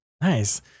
Nice